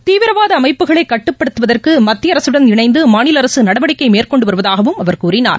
தீவிரவாதஅமைப்புகளைகட்டுப்படுத்துவதற்குமத்திய அரசுடன் இணைந்துமாநிலஅரசுநடவடிக்கைமேற்கொண்டுவருவதாகவும் அவர் கூறினார்